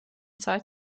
zeit